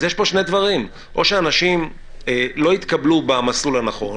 אז יש פה שני דברים: או שאנשים לא התקבלו במסלול הנכון,